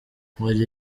hari